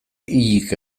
hilik